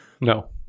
no